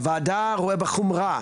הוועדה רואה בחומרה